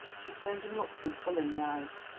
she turned and looked him full in the eyes.